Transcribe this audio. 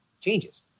changes